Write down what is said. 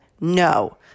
No